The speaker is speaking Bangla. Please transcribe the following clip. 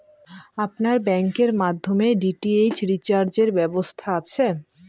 আপনার ব্যাংকের মাধ্যমে ডি.টি.এইচ রিচার্জের ব্যবস্থা আছে?